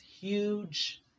huge